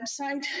website